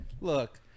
Look